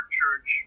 church